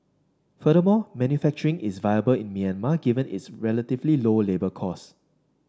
furthermore manufacturing is viable in Myanmar given its relatively low labour costs